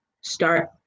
start